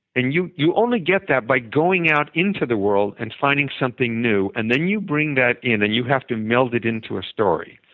and you you only get that by going out into the world and finding something new, and then you bring that in and you have to meld it into a story.